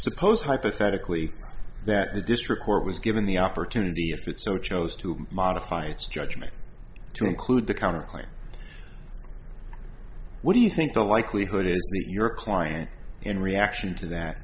suppose hypothetically that the district court was given the opportunity if it so chose to modify its judgment to include the counterclaim what do you think the likelihood is that your client in reaction to that